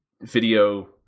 video